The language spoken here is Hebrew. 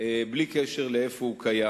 בלי קשר לאיפה הוא קיים,